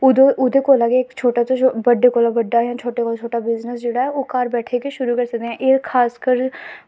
ओह्दे ओह्दे कोला गै इक छोटे कोला छोटा जां बड्डे कोला जां छोटे कोला छोटा बिज़नस जेह्ड़ा ऐ ओह् घर बैठियै गै शुरू करी सकदे ओ एह् खासकर